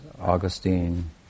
Augustine